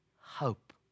hope